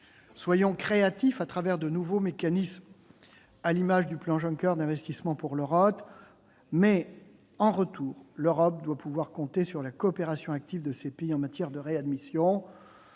Soyons créatifs au travers de nouveaux mécanismes, à l'image du plan Juncker d'investissements pour l'Europe. En retour, l'Europe doit pouvoir compter sur la coopération active de ces pays en matière de réadmission.